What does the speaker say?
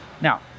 Now